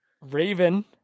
Raven